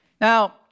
Now